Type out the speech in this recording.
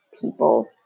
people